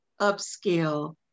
upscale